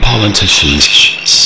Politicians